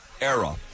era